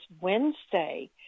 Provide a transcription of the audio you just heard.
Wednesday